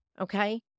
okay